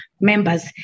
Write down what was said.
members